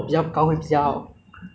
希望我不会